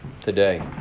today